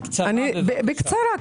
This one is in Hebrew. בקצרה, בבקשה.